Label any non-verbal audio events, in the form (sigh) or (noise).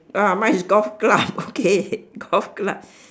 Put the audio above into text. ya mine is golf club okay (laughs) golf club